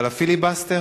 אבל הפיליבסטר